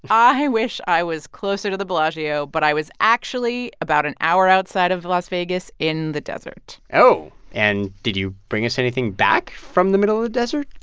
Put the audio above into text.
wish i was closer to the bellagio. but i was actually about an hour outside of las vegas in the desert oh, and did you bring us anything back from the middle of the desert?